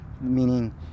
meaning